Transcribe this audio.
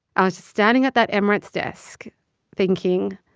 i was just standing at that emirates desk thinking,